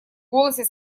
голосе